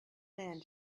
man